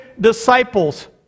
disciples